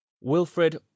Wilfred